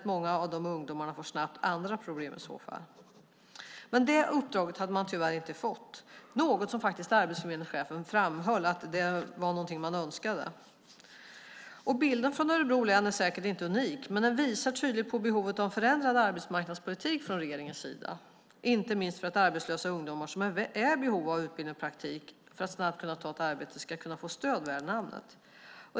Många av ungdomarna får i så fall snabbt andra problem. Det uppdraget hade man tyvärr inte fått. Arbetsförmedlingschefen framhöll dock att det var något man önskade. Bilden från Örebro län är säkert inte unik. Den visar tydligt behovet av förändrad arbetsmarknadspolitik från regeringens sida, inte minst för att arbetslösa ungdomar som är i behov av utbildning och praktik för att snabbt kunna ta ett arbete ska kunna få stöd värt namnet.